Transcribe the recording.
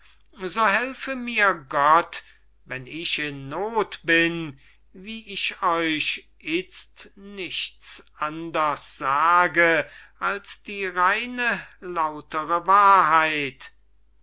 so helfe mir gott wenn ich in noth bin wie ich euch itzt nichts anders sage als die reine lautere wahrheit